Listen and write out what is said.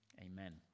Amen